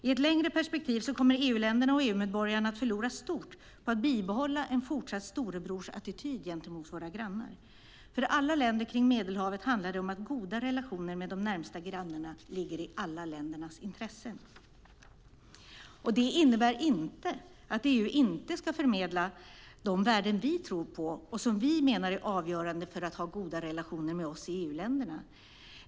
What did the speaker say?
I ett längre perspektiv kommer EU-länderna och EU-medborgarna att förlora stort på att bibehålla en fortsatt storebrorsattityd gentemot våra grannar. För alla länder kring Medelhavet handlar det om att goda relationer med de närmaste grannarna ligger i allas intresse. Det innebär inte att EU inte ska förmedla de värden vi tror på och som vi menar är avgörande för att ha goda relationer med oss i EU-länderna.